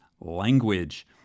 language